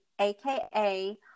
aka